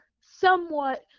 somewhat